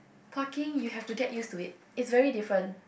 parking you have to get used to it is very different